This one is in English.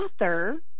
author